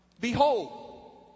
behold